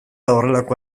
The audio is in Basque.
horrelako